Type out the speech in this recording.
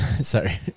Sorry